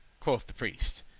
quoth the priest,